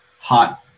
hot